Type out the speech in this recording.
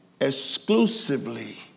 exclusively